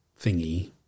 thingy